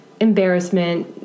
embarrassment